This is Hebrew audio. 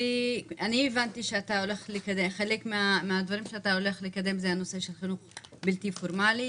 אני הבנתי שחלק מהדברים שאתה הולך לקדם זה הנושא של חינוך בלתי פורמלי,